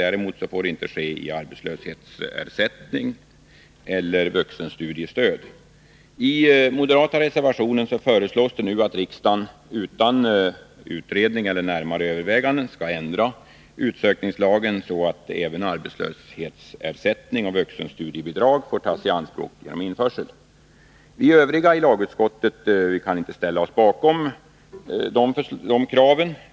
Däremot får det inte ske i arbetslöshetsersättning eller vuxenstudiestöd. I den moderata reservationen föreslås att riksdagen utan utredning eller närmare överväganden skall ändra utsökningslagen så att även arbetslöshetsersättning och vuxenstudiebidrag får tas i anspråk genom införsel. Vi övriga ledamöter i lagutskottet kan inte ställa oss bakom det kravet.